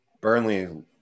Burnley